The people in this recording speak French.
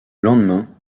lendemain